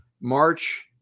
March